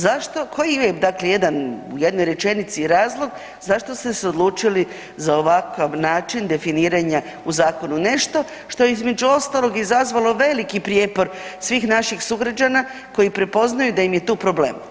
Zašto, koji je, dakle u jednoj rečenici razloga zašto ste se odlučili za ovakav način definiranja u zakonu nešto što je između ostalog izazvalo veliki prijepor svih naših sugrađana koji prepoznaju da je tu problem?